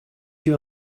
you